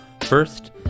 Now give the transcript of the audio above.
first